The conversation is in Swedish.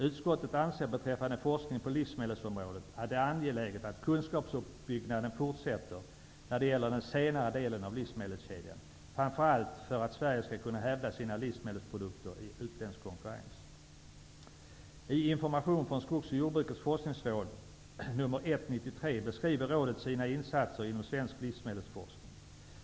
Utskottet anser beträffande forskningen på livsmedelsområdet att det är angeläget att kunskapsuppbyggnaden fortsätter när det gäller den senare delen av livsmedelskedjan, framför allt för att Sverige skall kunna hävda sina livsmedelsprodukter i utländsk konkurrens. I Information från Skogs och jordbrukets forskningsråd nr 1 år 1993 beskriver rådet sina insatser inom svensk livsmedelsforskning.